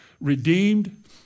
Redeemed